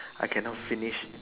I cannot finish